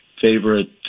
favorite